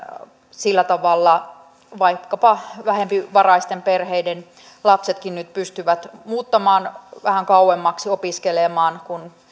sillä tavalla vaikkapa vähempivaraisten perheiden lapsetkin nyt pystyvät muuttamaan vähän kauemmaksi opiskelemaan kun